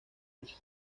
ocho